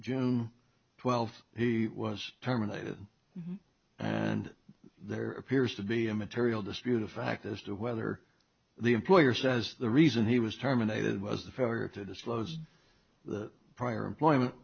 june twelfth he was terminated and there appears to be a material dispute of fact as to whether the employer says the reason he was terminated was the failure to disclose the prior employment